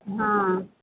हाँ